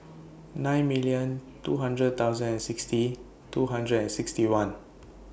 nine million two hundred thousand and sixty two hundred and sixty one